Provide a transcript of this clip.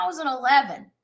2011